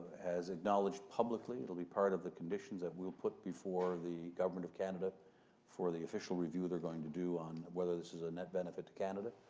has acknowledged publicly, it'll be part of the conditions that we'll put before the government of canada for the official review they're going to do on whether this is a net benefit to canada,